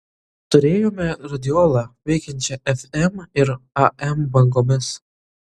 turėjome radiolą veikiančią fm ir am bangomis